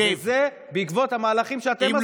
זה בעקבות המהלכים שאתם עשיתם.